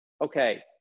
okay